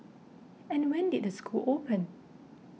and when did the school open